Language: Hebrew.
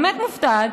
באמת מופתעת,